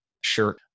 shirt